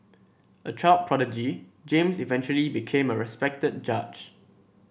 a child prodigy James eventually became a respected judge